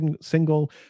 single